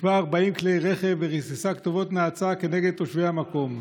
ניקבה צמיגי 40 כלי רכב וריססה כתובות נאצה כנגד תושבי המקום.